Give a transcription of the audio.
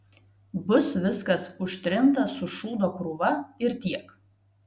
bus viskas užtrinta su šūdo krūva ir tiek